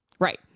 Right